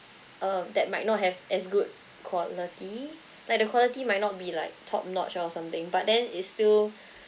um that might not have as good quality like the quality might not be like top notch or something but then it's still